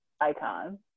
icon